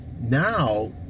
Now